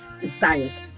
desires